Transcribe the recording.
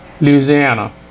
Louisiana